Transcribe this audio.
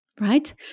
right